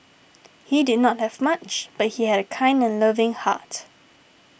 he did not have much but he had a kind and loving heart